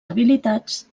habilitats